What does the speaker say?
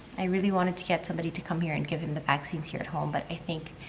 i really wanted to get somebody to come here and give him the vaccines here at home, but i think.